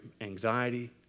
anxiety